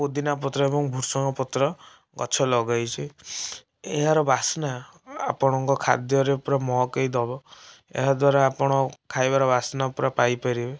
ପୋଦିନାପତ୍ର ଏବଂ ଭୁଷୁଙ୍ଗପତ୍ର ଗଛ ଲଗେଇଛି ଏହାର ବାସ୍ନା ଆପଣଙ୍କ ଖାଦ୍ୟରେ ପୂରା ମହକେଇଦବ ଏହାଦ୍ଵାରା ଆପଣ ଖାଇବାର ବାସ୍ନା ପୂରା ପାଇପାରିବେ